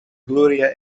gloria